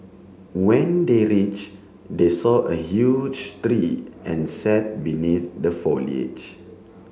when they reach they saw a huge tree and sat beneath the foliage